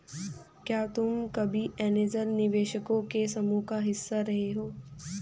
क्या तुम कभी ऐन्जल निवेशकों के समूह का हिस्सा रहे हो?